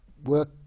work